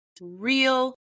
real